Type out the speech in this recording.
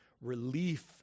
relief